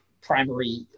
primary